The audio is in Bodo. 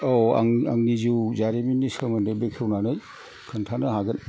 औ आं आंनि जिउ जारिमिननि सोमोन्दै बेखेवनानै खिन्थानो हागोन